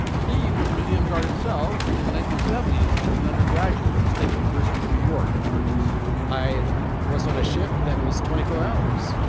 he was a museum guard himself in the nineteen seventy s as an undergraduate at the state university of new york at purchase i was on a shift that was twenty four hours.